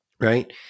Right